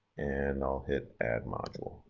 and i'll hit add module,